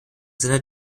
seiner